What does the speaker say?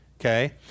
Okay